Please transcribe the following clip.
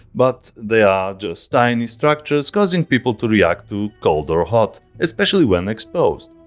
but they are just tiny structures causing people to react to cold or hot especially when exposed.